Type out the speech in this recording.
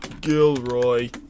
Gilroy